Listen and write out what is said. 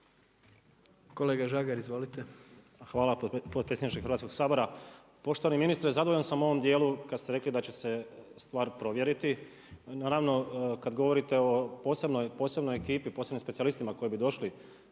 (Nezavisni)** Hvala potpredsjedniče Hrvatskog sabora. Poštovani ministre zadovoljan sam u ovom dijelu, kad ste rekli da će se stvar provjeriti. I naravno, kada govorite o posebnoj ekipi, posebnim specijalistima koji bi došli